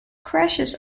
crashes